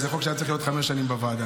זה חוק שהיה צריך להיות חמש שנים בוועדה.